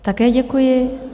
Také děkuji.